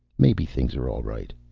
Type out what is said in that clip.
maybe things are all right.